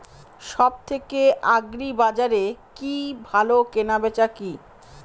সব থেকে আগ্রিবাজারে কি ভালো কেনা যাবে কি?